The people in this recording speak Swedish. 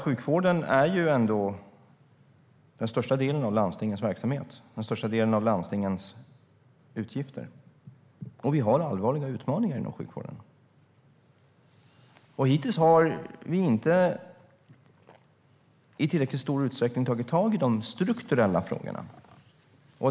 Sjukvården är ju ändå den största delen av landstingens verksamhet och den största delen av landstingens utgifter, och vi har allvarliga utmaningar inom sjukvården. Hittills har vi inte i tillräckligt stor utsträckning tagit tag i de strukturella frågorna.